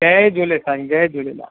जय झूले साईं जय झुलेलाल